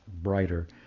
brighter